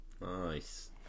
Nice